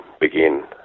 begin